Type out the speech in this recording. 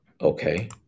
Okay